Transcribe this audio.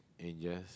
and just